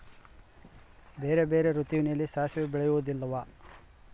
ಬೇರೆ ಬೇರೆ ಋತುವಿನಲ್ಲಿ ಸಾಸಿವೆ ಬೆಳೆಯುವುದಿಲ್ಲವಾ?